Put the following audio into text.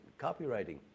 copywriting